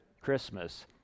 Christmas